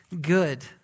good